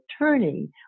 attorney